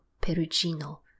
Perugino